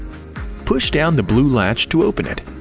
push down the blue latch to open it.